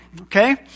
okay